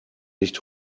nicht